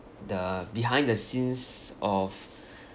the behind the scenes of